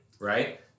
right